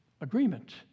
agreement